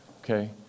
Okay